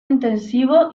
intensivo